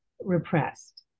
repressed